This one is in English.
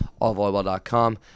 allvolleyball.com